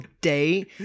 day